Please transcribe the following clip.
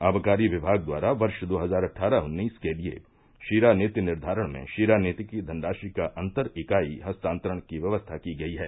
आबकारी विमाग द्वारा वर्ष दो हजार अट्ठारह उन्नीस के लिए शीरा नीति निर्घारण में शीरा नीति की धनराशि का अंतर इकाई हस्तांतरण की व्यवस्था की गयी है